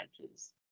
matches